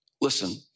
Listen